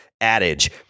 adage